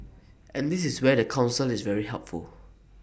and this is where the Council is very helpful